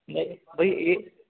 ਨਹੀਂ ਬਈ ਇਹ